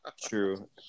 True